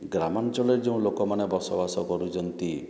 ଗ୍ରାମାଞ୍ଚଳରେ ଯେଉଁ ଲୋକମାନେ ବସବାସ କରୁଛନ୍ତି